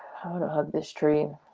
i want to hug this tree.